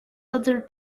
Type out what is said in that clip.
other